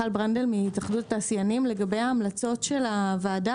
לגבי ההמלצות של הוועדה,